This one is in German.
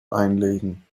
einlegen